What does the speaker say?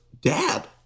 dad